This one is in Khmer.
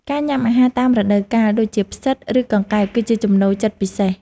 ការញ៉ាំអាហារតាមរដូវកាល ដូចជា ផ្សិត ឬកង្កែប គឺជាចំណូលចិត្តពិសេស។